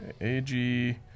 ag